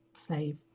save